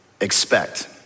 expect